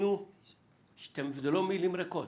ותאמינו שאלו לא מילים ריקות.